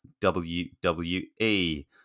WWE